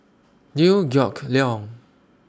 Liew Geok Leong